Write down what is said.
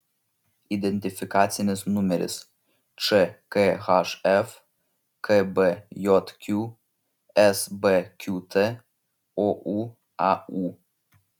identifikacinis numeris čkhf kbjq sbqt ouaū